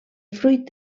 fruit